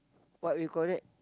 what we call it